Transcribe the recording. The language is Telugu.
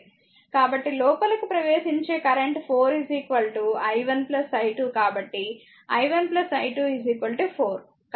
కాబట్టి లోపలకు ప్రవేశించే కరెంట్ 4 i 1 i2 కాబట్టి i 1 i2 4